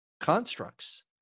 constructs